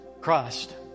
Christ